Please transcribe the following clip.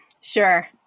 Sure